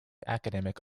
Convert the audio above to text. academic